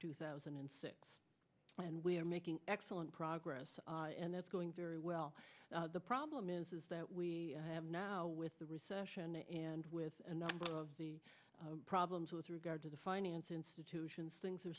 two thousand and six and we're making excellent progress and that's going very well the problem is that we have now with the recession and with a number of problems with regard to the finance institutions things are